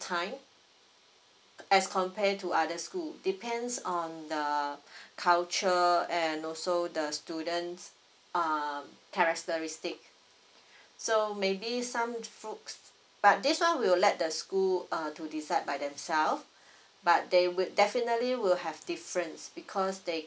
time as compare to other school depends on the culture and also the students uh characteristic so maybe some folks but this one we'll let the school uh to decide by themselves but they will definitely will have difference because they